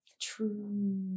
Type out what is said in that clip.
True